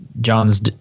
John's